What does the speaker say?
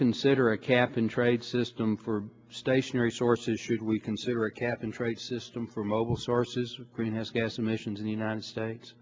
consider a cap and trade system for stationary sources should we consider a cap and trade system for mobile sources of greenhouse gas emissions in the united